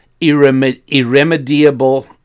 irremediable